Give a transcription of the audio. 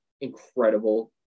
incredible